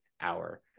hour